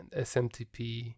SMTP